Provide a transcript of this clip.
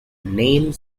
name